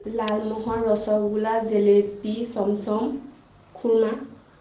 লালমহন ৰসগোল্লা জিলাপি চমচম খুৰ্মা